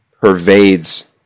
pervades